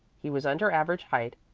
he was under average height,